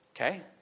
Okay